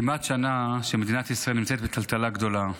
כמעט שנה שמדינת ישראל נמצאת בטלטלה גדולה,